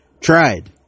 tried